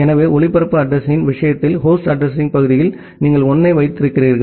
எனவே ஒளிபரப்பு அட்ரஸிங்யின் விஷயத்தில் ஹோஸ்ட் அட்ரஸிங் பகுதியில் நீங்கள் 1 ஐ வைத்திருக்கிறீர்கள்